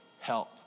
help